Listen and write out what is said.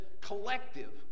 collective